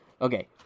Okay